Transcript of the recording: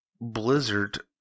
Blizzard